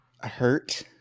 Hurt